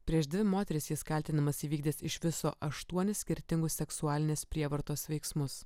prieš dvi moteris jis kaltinamas įvykdęs iš viso aštuonis skirtingus seksualinės prievartos veiksmus